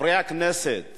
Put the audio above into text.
חברי הכנסת